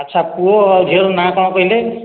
ଆଛା ପୁଅ ଆଉ ଝିଅର ନାଁ କଣ କହିଲେ